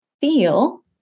feel